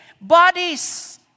Bodies